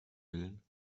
willen